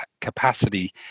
capacity